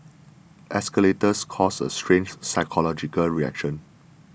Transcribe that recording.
escalators cause a strange psychological reaction